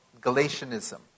Galatianism